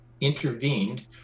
intervened